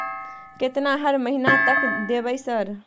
केतना हर महीना तक देबय सर?